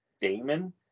Damon